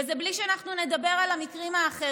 וזה בלי שאנחנו נדבר על המקרים האחרים,